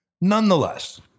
Nonetheless